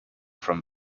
from